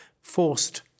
forced